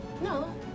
No